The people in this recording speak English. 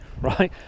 right